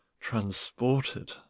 transported